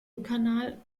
kanal